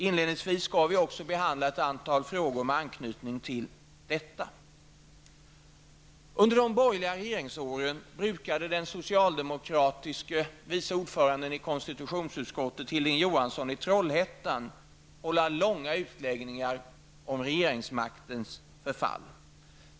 Inledningsvis skall vi också behandla ett antal frågor med anknytning till detta. Trollhättan, hålla långa utläggningar om regeringsmaktens förfall.